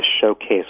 showcase